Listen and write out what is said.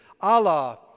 Allah